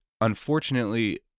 unfortunately